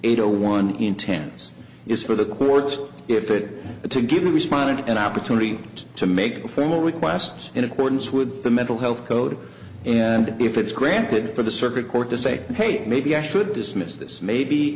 eight zero one intends is for the courts if it to give in responding to an opportunity to make a formal request in accordance with the mental health code and if it's granted for the circuit court to say hey maybe i should dismiss this maybe